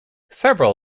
several